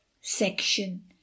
section